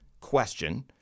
question